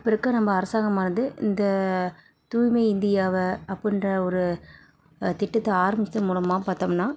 இப்போ இருக்கிற நம்ம அரசாங்கமானது இந்த தூய்மை இந்தியாவை அப்புடின்ற ஒரு திட்டத்தை ஆரம்பித்தது மூலமாக பாத்தோம்ன்னா